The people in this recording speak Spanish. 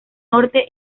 norte